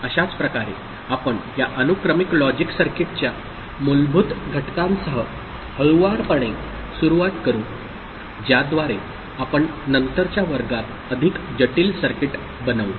अशाच प्रकारे आपण या अनुक्रमिक लॉजिक सर्किटच्या मूलभूत घटकांसह हळूवारपणे सुरवात करू ज्याद्वारे आपण नंतरच्या वर्गात अधिक जटिल सर्किट बनवू